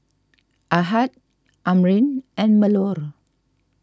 Ahad Amrin and Melur